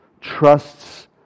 Trusts